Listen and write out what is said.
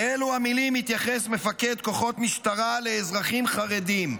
באלו המילים התייחס מפקד כוחות משטרה לאזרחים חרדים.